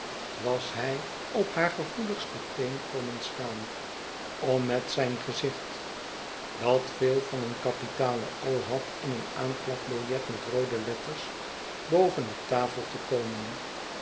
was hy op haar gevoeligste teen komen staan om met zijn gezicht dat veel van een kapitale had in een aanplakbiljet met roode letters boven de tafel te komen